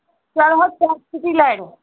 چلو حظ